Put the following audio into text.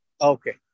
Okay